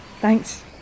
Thanks